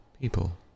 people